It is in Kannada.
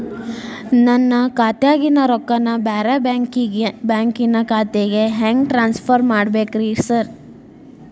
ನನ್ನ ಖಾತ್ಯಾಗಿನ ರೊಕ್ಕಾನ ಬ್ಯಾರೆ ಬ್ಯಾಂಕಿನ ಖಾತೆಗೆ ಹೆಂಗ್ ಟ್ರಾನ್ಸ್ ಪರ್ ಮಾಡ್ಬೇಕ್ರಿ ಸಾರ್?